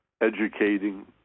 educating